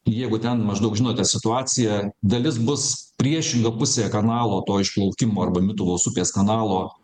jeigu ten maždaug žinote situaciją dalis bus priešinga pusė kanalo to išplaukimo arba mituvos upės kanalo